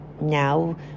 now